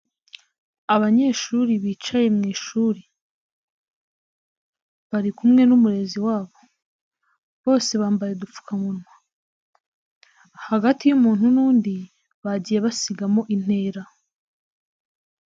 Abanyeshuri bicaye mu ishuri, bari kumwe n'umurezi wabo, bose bambaye udupfukamunwa, hagati y'umuntu n'undi, bagiye basigamo intera.